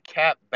cap